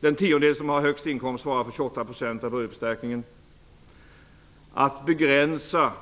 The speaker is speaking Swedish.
Den tiondel som har högst inkomst svarar för 28 % av budgetförstärkningen. Att begränsa